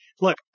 Look